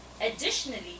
Additionally